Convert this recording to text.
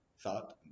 thought